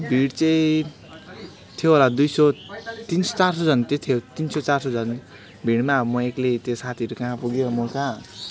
भिड चाहिँ थियो होला दुई सय तिन सय चार सयजना चाहिँ थियो तिन सय चार सयजना भिडमा अब म एक्लै त्यो साथीहरू कहाँ पुग्यो म कहाँ